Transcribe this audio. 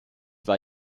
war